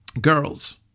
girls